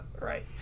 right